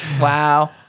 Wow